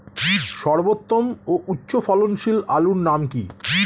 সর্বোত্তম ও উচ্চ ফলনশীল আলুর নাম কি?